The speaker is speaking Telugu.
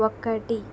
ఒకటి